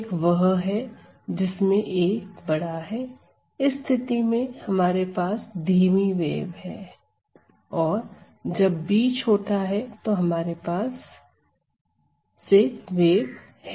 एक वह है जिसमें a बड़ा है इस स्थिति में हमारे पास धीमी वेव है और जब b छोटा है तो हमारे पास तेज वेव है